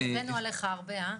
הבאנו עליך הרבה אה?